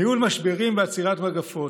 ניהול משברים ועצירת מגפות.